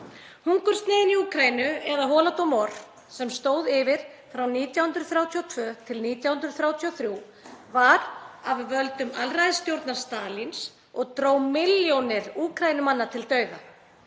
Hungursneyðin í Úkraínu eða Holodomor, sem stóð yfir frá 1932–1933, var af völdum alræðisstjórnar Stalíns og dró milljónir Úkraínumanna til dauða.